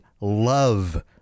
love